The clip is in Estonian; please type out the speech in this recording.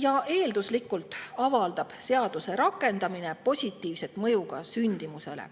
Ja eelduslikult avaldab seaduse rakendamine positiivset mõju ka sündimusele,